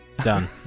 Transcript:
Done